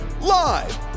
Live